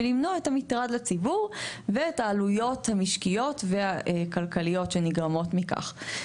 למנוע את המטרד לציבור ואת העלויות המשקיות והכלכליות שנגרמות מכך.